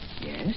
Yes